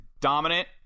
dominant